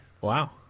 Wow